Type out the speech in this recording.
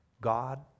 God